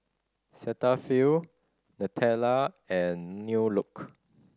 Cetaphil Nutella and New Look